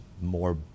more